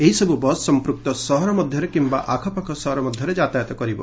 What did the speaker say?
ଏହିସବ୍ bus ସମ୍ପ୍ରକ୍ତ ସହର ମଧ୍ୟରେ କିମ୍ବା ଆଖପାଖ ସହର ମଧ୍ୟରେ ଯାତାୟତ କରିବ